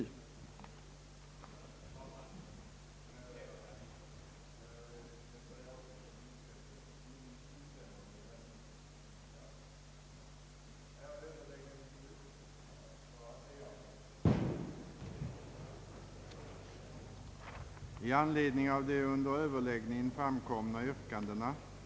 att enligt hans uppfattning flertalet röstat för ja-propositionen.